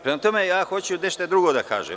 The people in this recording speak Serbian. Prema tome, ja hoću nešto drugo da kažem.